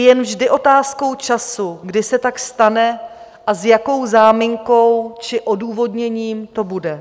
Je vždy jen otázkou času, kdy se tak stane a s jakou záminkou či odůvodněním to bude.